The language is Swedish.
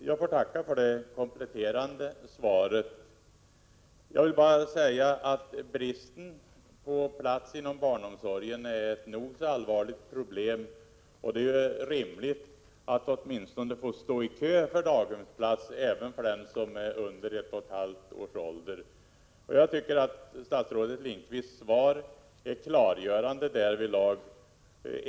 Herr talman! Jag ber att få tacka för det kompletterande svaret. Bristen på platser inom barnomsorgen är ett nog så allvarligt problem. Det är då rimligt att det åtminstone skall finns möjlighet att stå i kö för daghemsplats även för ett barn som är under ett och ett halvt år. Statsrådet Bengt Lindqvists svar är klargörande därvidlag.